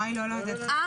המטרה היא לא לעודד חיסון.